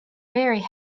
very